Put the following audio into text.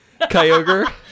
kyogre